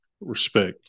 Respect